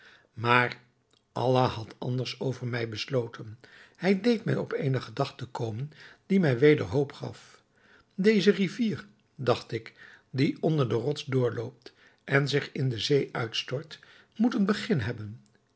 maar allah had anders over mij besloten hij deed mij op eene gedachte komen die mij weder hoop gaf deze rivier dacht ik die onder de rots doorloopt en zich in de zee uitstort moet een begin hebben